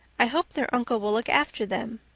i hope their uncle will look after them.